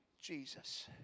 Jesus